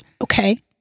Okay